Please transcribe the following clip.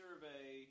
Survey